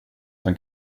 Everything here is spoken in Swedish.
som